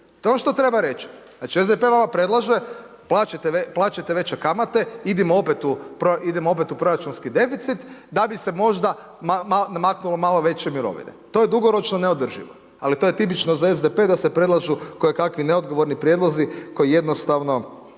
To je ono što treba reći. Znači SDP vama predlaže plaćajte veće kamate, idemo opet u proračunski deficit da bi se možda maknulo malo veće mirovine. To je dugoročno neodrživo, ali to je tipično za SDP da se predlažu kojekakvi neodgovorni prijedlozi koji jednostavno